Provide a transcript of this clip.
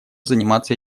заниматься